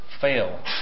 fail